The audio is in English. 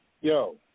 Yo